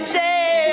day